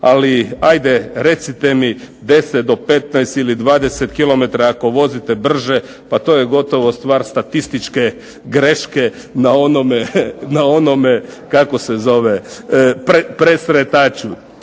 ali ajde recite mi 10 do 15 ili 20 km ako vozite brže, pa to je gotovo stvar statističke greške na onome presretaču.